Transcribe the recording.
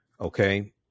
Okay